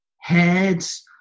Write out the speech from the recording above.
heads